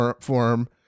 form